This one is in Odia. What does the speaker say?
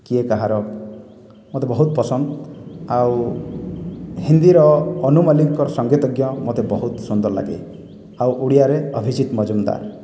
କିଏ କାହାର ମତେ ବହୁତ୍ ପସନ୍ଦ୍ ଆଉ ହିନ୍ଦୀର ଅନୁ ମଲ୍ଲିକଙ୍କ ସଂଗୀତଜ୍ଞ ମତେ ବହୁତ ସୁନ୍ଦର୍ ଲାଗେ ଆଉ ଓଡ଼ିଆରେ ଅଭିଜିତ୍ ମଜୁମଦାର୍